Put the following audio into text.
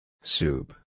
Soup